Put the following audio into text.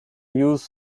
use